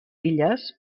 illes